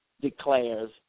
declares